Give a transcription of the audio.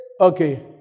Okay